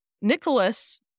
Nicholas